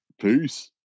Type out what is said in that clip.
Peace